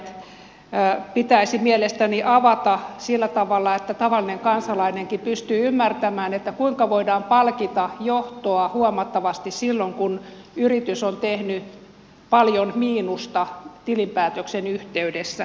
nämä palkkiojärjestelmät pitäisi mielestäni avata sillä tavalla että tavallinen kansalainenkin pystyy ymmärtämään kuinka voidaan palkita johtoa huomattavasti silloin kun yritys on tehnyt paljon miinusta tilinpäätöksen yhteydessä